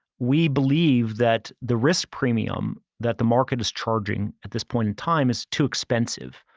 we believe that the risk premium that the market is charging at this point in time is too expensive.